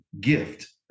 gift